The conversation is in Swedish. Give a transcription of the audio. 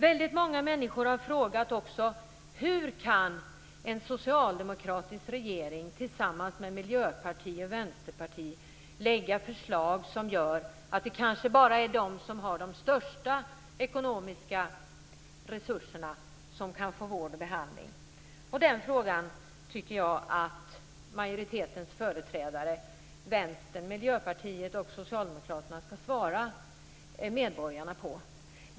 Väldigt många människor har också frågat: Hur kan en socialdemokratisk regering tillsammans med miljöparti och vänsterparti lägga fram förslag som gör att det kanske bara är de som har de största ekonomiska resurserna som kan få vård och behandling? Den frågan tycker jag att majoritetens företrädare Vänstern, Miljöpartiet och Socialdemokraterna skall svara medborgarna på.